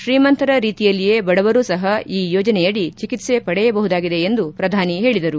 ಶ್ರೀಮಂತರ ರೀತಿಯಲ್ಲಿಯೇ ಬಡವರೂ ಸಹ ಈ ಯೋಜನೆಯಡಿ ಚಿಕಿತ್ಸೆ ಪಡೆಯಬಹುದಾಗಿದೆ ಎಂದು ಹೇಳಿದರು